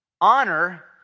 Honor